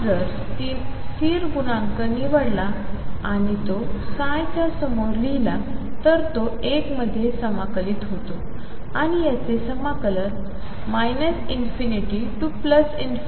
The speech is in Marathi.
जर आपण स्थिर गुणांक निवडला आणि तो ψ च्या समोर लिहिला तर तो १ मध्ये समाकलित होतो आणि याचे समाकलन ∞ to